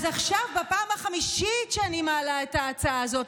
אז עכשיו בפעם החמישית שאני מעלה את ההצעה הזאת